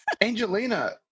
Angelina